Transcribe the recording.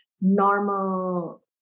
normal